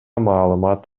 маалымат